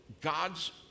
God's